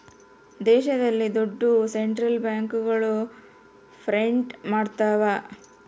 ದೇಶದಲ್ಲಿ ದುಡ್ಡು ಸೆಂಟ್ರಲ್ ಬ್ಯಾಂಕ್ಗಳು ಪ್ರಿಂಟ್ ಮಾಡ್ತವ